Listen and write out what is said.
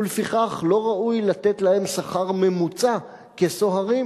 ולפיכך לא ראוי לתת להם שכר ממוצע כסוהרים,